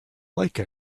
like